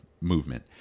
movement